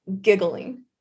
giggling